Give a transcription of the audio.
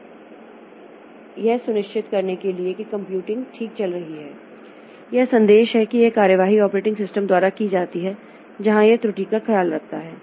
इस तरह से यह सुनिश्चित करने के लिए कि कंप्यूटिंग ठीक चल रही है यह संदेश है कि यह कार्रवाई ऑपरेटिंग सिस्टम द्वारा की जाती है जहां यह त्रुटि का ख्याल रखता है